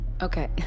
Okay